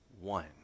one